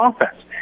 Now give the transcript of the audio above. offense